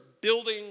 building